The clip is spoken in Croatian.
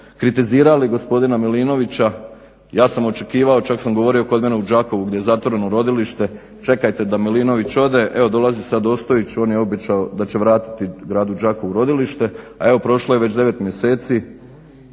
kritizirali gospodina Milinovića, ja sam očekivao, čak sam govorio kod mene u Đakovu gdje je zatvoreno rodilište, čekajte da Milinović ode. Evo dolazi sad Ostojić, on je obećao da će vratiti gradu Đakovu rodilište, a evo prošlo je već 9 mjeseci,